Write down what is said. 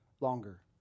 longer